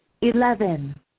Eleven